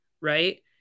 Right